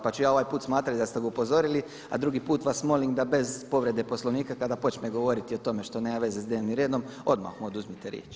Pa ću ja ovaj put smatrati da ste ga upozorili, a drugi put vas molim da bez povrede Poslovnika kada počne govoriti o tome što nema veze sa dnevnim redom odmah mu oduzmite riječ.